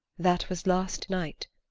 that was last night.